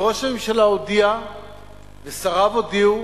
ראש הממשלה הודיע ושריו הודיעו,